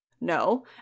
No